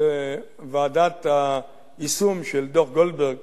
ועדת היישום של דוח-גולדברג